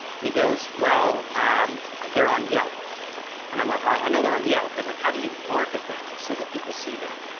and he goes well um they're on yelp and i'm like i know they're on yelp but like how do you market them so that people see them.